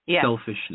selfishness